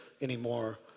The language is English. anymore